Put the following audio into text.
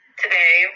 today